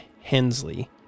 Hensley